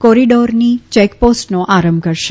કોરીડોરની ચેકપોસ્ટનો આરંભ કરશે